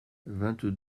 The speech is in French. vingt